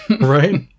right